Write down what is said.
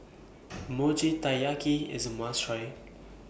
Mochi Taiyaki IS A must Try